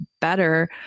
better